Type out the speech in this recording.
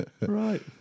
Right